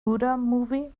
movie